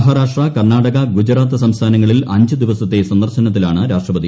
മഹാരാഷ്ട്ര കർണ്ണാടക ഗുജറാത്ത് സംസ്ഥാനങ്ങളിൽ അഞ്ച് ദിവസത്തെ സന്ദർശനത്തിലാണ് രാഷ്ട്രപതി